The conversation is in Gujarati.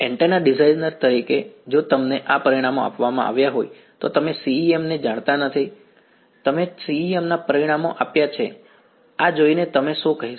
એન્ટેના ડિઝાઇનર તરીકે જો તમને આ પરિમાણો આપવામાં આવ્યા હોય તો તમે CEM ને જાણતા નથી તમે CEM ના પરિણામો આપ્યા છે આ જોઈને તમે શું કહેશો